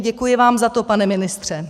Děkuji vám za to, pane ministře.